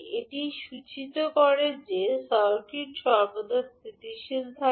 এটি সূচিত করে যে সার্কিট সর্বদা স্থিতিশীল থাকে